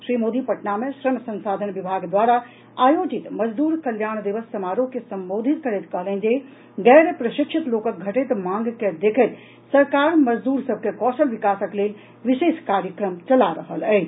श्री मोदी पटना मे श्रम संसाधन विभाग द्वारा आयोजित मजदूर कल्याण दिवस समारोह के संबोधित करैत कहलनि जे गैर प्रशिक्षित लोकक घटैत मांग के देखैत सरकार मजदूर सभ के कौशल विकासक लेल विशेष कार्यक्रम चला रहल अछि